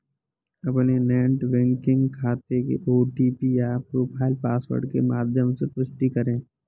अपने net banking खाते के ओ.टी.पी या प्रोफाइल पासवर्ड के माध्यम से पुष्टि करें